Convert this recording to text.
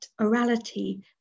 orality